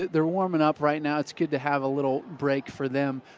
they're warming up right now, it's good to have a little break for them,